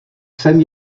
jsem